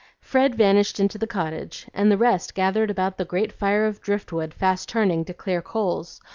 fred vanished into the cottage, and the rest gathered about the great fire of driftwood fast turning to clear coals,